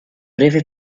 breve